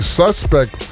suspect